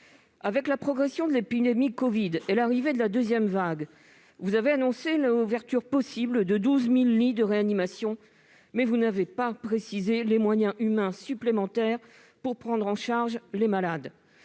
Avec la progression de l'épidémie de covid et l'arrivée de la deuxième vague, vous avez annoncé l'ouverture possible de 12 000 lits de réanimation. Mais vous n'avez pas précisé quels moyens humains supplémentaires seraient prévus pour prendre en charge les malades.